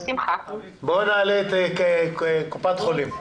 בואו נעלה את קופת חולים.